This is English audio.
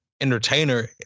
entertainer